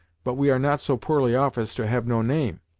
but we are not so poorly off as to have no name.